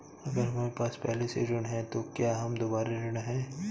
अगर हमारे पास पहले से ऋण है तो क्या हम दोबारा ऋण हैं?